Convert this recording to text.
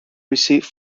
received